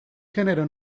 genero